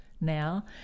now